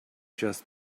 just